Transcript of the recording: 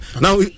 Now